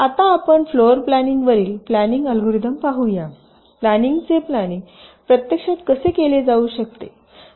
आता आपण floor planning वरील प्लॅनिंग अल्गोरिदम पाहुयाप्लॅनिंगचे प्लॅनिंग प्रत्यक्षात कसे केले जाऊ शकते